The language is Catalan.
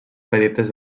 petites